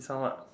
this one what